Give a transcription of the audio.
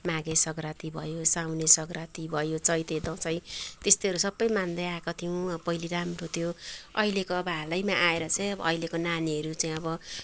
माघे सग्राँति भयो साउने सग्राँति भयो चैते दसैँ त्यस्तोहरू सबै मान्दैआएको थियौँ अब पहिले राम्रो थियो अहिलेको अब हालैमा आएर चाहिँ अहिलेको नानीहरू चाहिँ अब कति